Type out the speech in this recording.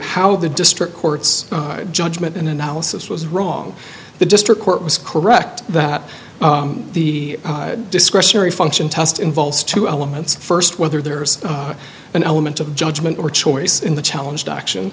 how the district court's judgment and analysis was wrong the district court was correct that the discretionary function test involves two elements first whether there is an element of judgment or choice in the challenge to action